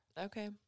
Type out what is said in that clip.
Okay